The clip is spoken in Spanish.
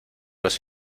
los